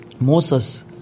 Moses